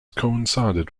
coincided